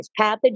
Pathogens